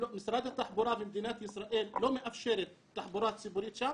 משרד התחבורה במדינת ישראל לא מאפשר תחבורה ציבורית שם.